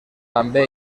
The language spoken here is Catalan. també